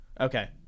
okay